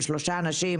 עם שלושה אנשים,